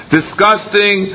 disgusting